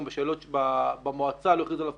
גם במועצה לא הכריזו עליו